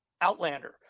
Outlander